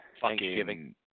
Thanksgiving